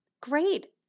Great